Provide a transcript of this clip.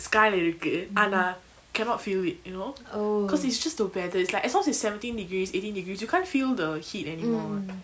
sky lah இருக்கு ஆனா:iruku aana cannot feel it you know cause it's just the weather it's like as long as it's seventeen degrees eighteen degrees you can't feel the heat anymore